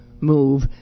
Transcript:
move